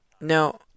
now